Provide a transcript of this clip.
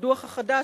בדוח החדש,